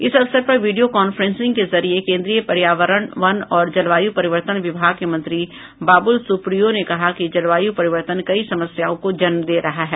इस अवसर पर वीडिया कॉफ्रेंसिंग के जरिये केन्द्रीय पर्यावरण वन और जलवायु परिवर्तन विभाग के मंत्री बाबुल सुप्रियो ने कहा कि जलवायु परिवर्तन कई समस्याओं को जन्म दे रहा है